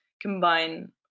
combine